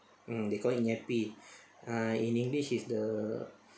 mm they call it nyepi uh in english is the